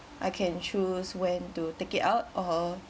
I can choose when to take it out or